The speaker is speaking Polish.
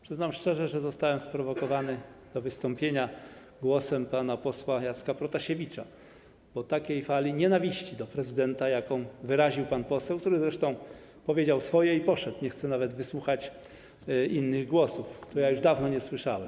Przyznam szczerze, że zostałem sprowokowany do wystąpienia głosem pana posła Jacka Protasiewicza, bo takiej fali nienawiści do prezydenta, jaką wyraził pan poseł, który zresztą powiedział swoje i poszedł, nie chce nawet wysłuchać innych głosów, już dawno nie słyszałem.